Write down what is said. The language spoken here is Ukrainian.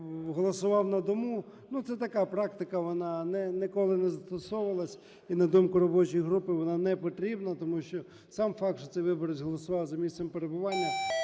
голосував на дому. Ну, це така практика, вона ніколи не застосовувалась, і, на думку робочої групи, вона не потрібна, тому що сам факт, що цей виборець голосував за місцем перебування,